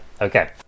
okay